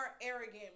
arrogant